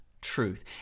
truth